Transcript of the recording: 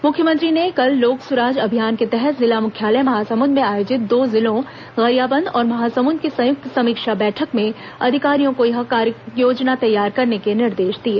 मुख्यमंत्री कल लोक सुराज अभियान के तहत जिला मुख्यालय महासमुंद में आयोजित दो जिलों गरियाबंद और महासमुंद की संयुक्त समीक्षा बैठक में अधिकारियों को यह कार्ययोजना तैयार करने के निर्देश दिए